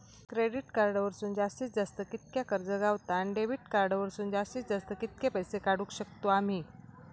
Credit card वरसून जास्तीत जास्त कितक्या कर्ज गावता, आणि डेबिट कार्ड वरसून जास्तीत जास्त कितके पैसे काढुक शकतू आम्ही?